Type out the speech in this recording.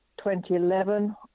2011